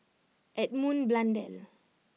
Edmund Blundell